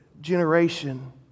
generation